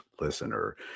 listener